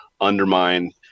undermine